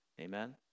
Amen